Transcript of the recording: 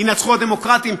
ינצחו הדמוקרטים,